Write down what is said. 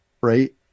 Right